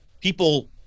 people